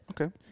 Okay